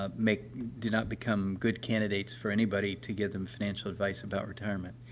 ah make do not become good candidates for anybody to give them financial advice about retirement.